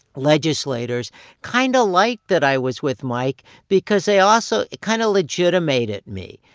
legislators kind of liked that i was with mike because they also it kind of legitimated me.